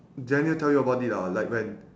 daniel tell you about it ah like when